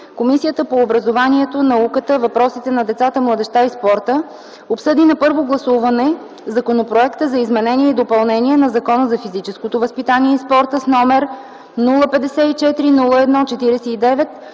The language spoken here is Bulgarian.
Комисията по образованието, науката, въпросите на децата, младежта и спорта, обсъди на първо гласуване на Законопроекта за изменение и допълнение на Закона за физическото възпитание и спорта, № 054-01-49,